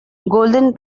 golden